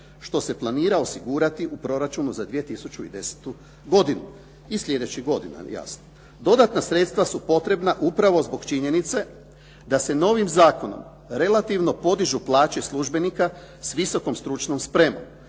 što se planira osigurati u proračunu za 2010. godinu i sljedećih godina jasno. Dodatna sredstva su potrebna upravo zbog činjenice da se novim zakonom relativno podižu plaće službenika s visokom stručnom spremom.